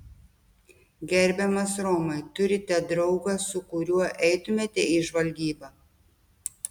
gerbiamas romai turite draugą su kuriuo eitumėte į žvalgybą